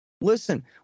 Listen